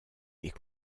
est